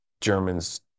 Germans